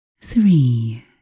three